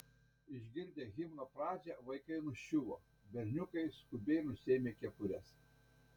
išgirdę himno pradžią vaikai nuščiuvo berniukai skubiai nusiėmė kepures